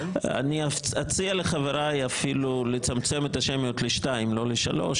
אני אציע לחבריי אפילו לצמצם את השמיות לשתיים ולא לשלוש,